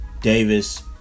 Davis